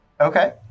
Okay